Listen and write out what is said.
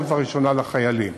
בראש ובראשונה לחיילים.